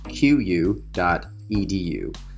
qu.edu